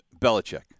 Belichick